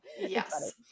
Yes